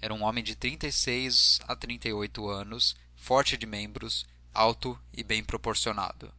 era um homem de trinta e seis a trinta e oito anos forte de membros alto e bem proporcionado